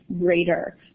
greater